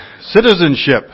citizenship